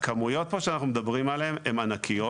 הכמויות שאנחנו מדברים עליהן הן ענקיות.